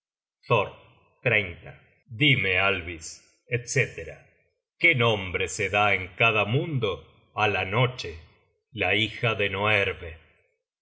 thor dime alvis etc qué nombre se da en cada mundo á la noche la bija de noerve y